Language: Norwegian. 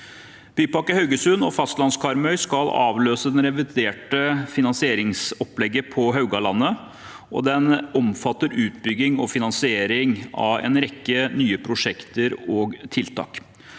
Bypakke Haugesund og fastlands-Karmøy skal avløse det reviderte finansieringsopplegget på Haugalandet, og den omfatter utbygging og finansiering av en rekke nye prosjekter og tiltak.